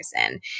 person